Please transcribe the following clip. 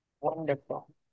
wonderful